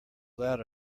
loud